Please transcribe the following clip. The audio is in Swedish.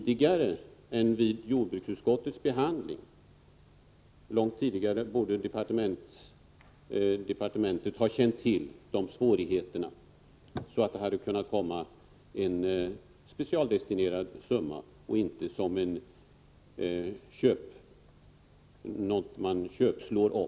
Departementet borde långt tidigare ha känt till deras svårigheter, så att det hade kunnat specialdestinerats en summa och inte blivit något som man köpslår om.